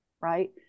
Right